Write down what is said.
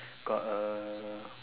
got uh